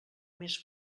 més